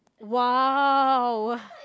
!wow!